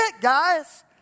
guys